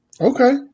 Okay